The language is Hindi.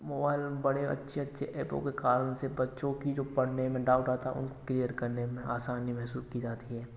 मोबाइल में बड़े अच्छे अच्छे एपों के कारण से बच्चों की जो पढ़ने में डाउट आता है उनको क्लियर करने में आसानी महसूस की जाती है